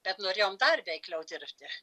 bet norėjom dar veikliau dirbti